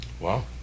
Wow